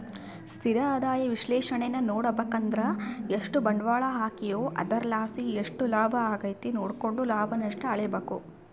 ಸ್ಥಿರ ಆದಾಯ ವಿಶ್ಲೇಷಣೇನಾ ನೋಡುಬಕಂದ್ರ ಎಷ್ಟು ಬಂಡ್ವಾಳ ಹಾಕೀವೋ ಅದರ್ಲಾಸಿ ಎಷ್ಟು ಲಾಭ ಆಗೆತೆ ನೋಡ್ಕೆಂಡು ಲಾಭ ನಷ್ಟ ಅಳಿಬಕು